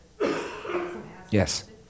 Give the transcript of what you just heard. Yes